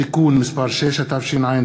(תיקון מס' 6), התשע"ד